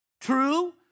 true